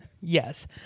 Yes